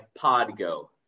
Podgo